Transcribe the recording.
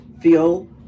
feel